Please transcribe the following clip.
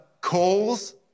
calls